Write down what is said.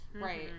Right